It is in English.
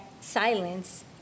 silence